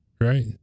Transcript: right